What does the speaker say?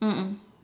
mm mm